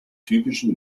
typischen